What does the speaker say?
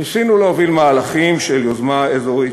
ניסינו להוביל מהלכים של יוזמה אזורית.